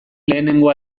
lehenengo